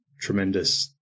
tremendous